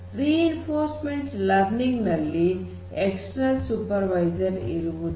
reinforcement learning ನಲ್ಲಿ external supervisor ಇರುವುದಿಲ್ಲ